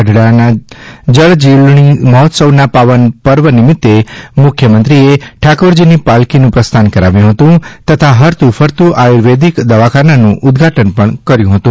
ગઢડાના જળજીલણી મહોત્સવના પાવન પર્વ નિમિત્તે મુખ્યમંત્રીએ ઠાકોરજીની પાલખીનું પ્રસ્થાન કરાવ્યું હતું તથા હરતું ફરતું આયુર્વેદિક દવાખાનાનું ઉદ્દઘાટન કર્યું હતું